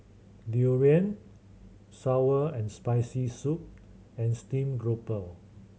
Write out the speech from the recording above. durian sour and Spicy Soup and steam grouper